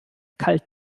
kalt